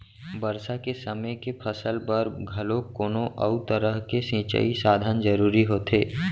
बरसा के समे के फसल बर घलोक कोनो अउ तरह के सिंचई साधन जरूरी होथे